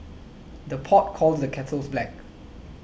the pot calls the kettles black